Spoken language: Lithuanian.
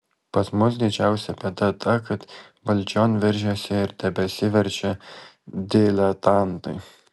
pas mus didžiausia bėda ta kad valdžion veržėsi ir tebesiveržia diletantai